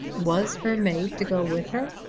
was her maid to go with her?